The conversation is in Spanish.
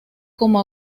como